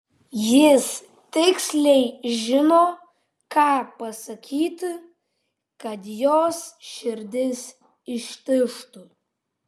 jis tiksliai žino ką pasakyti kad jos širdis ištižtų